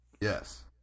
Yes